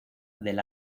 del